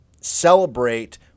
celebrate